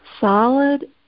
solid